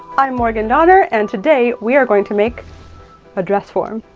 i'm morgan donner, and today, we are going to make a dress form.